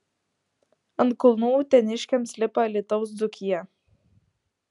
ant kulnų uteniškiams lipa alytaus dzūkija